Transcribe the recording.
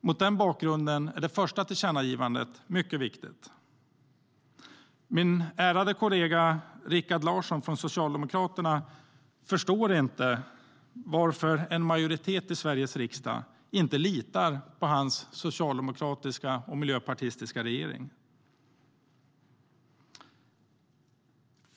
Mot den bakgrunden är det första tillkännagivandet mycket viktigt. Min ärade kollega Rikard Larsson från Socialdemokraterna förstår inte varför en majoritet i Sveriges riksdag inte litar på hans socialdemokratiska och miljöpartistiska regering.